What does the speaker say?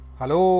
Hello